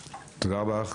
תודה רבה לך,